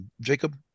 Jacob